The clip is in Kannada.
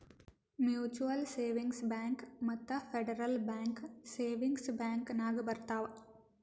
ಮ್ಯುಚುವಲ್ ಸೇವಿಂಗ್ಸ್ ಬ್ಯಾಂಕ್ ಮತ್ತ ಫೆಡ್ರಲ್ ಬ್ಯಾಂಕ್ ಸೇವಿಂಗ್ಸ್ ಬ್ಯಾಂಕ್ ನಾಗ್ ಬರ್ತಾವ್